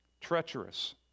treacherous